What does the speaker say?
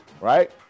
right